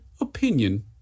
opinion